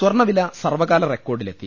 സ്വർണ്ണവില സർവകാലറെക്കോർഡിലെത്തി